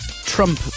Trump